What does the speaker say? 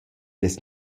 dess